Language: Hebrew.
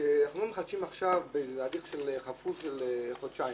שאנחנו לא מחדשים עכשיו בהליך חפוז של חודשיים.